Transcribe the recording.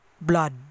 blood